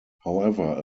however